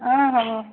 অঁ হ'ব